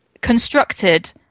Constructed